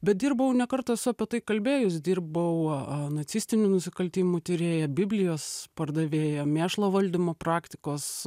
bet dirbau ne kartą esu apie tai kalbėjus dirbau nacistinių nusikaltimų tyrėja biblijos pardavėja mėšlo valdymo praktikos